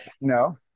no